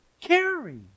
Carry